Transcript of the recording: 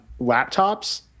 laptops